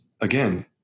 again